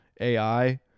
ai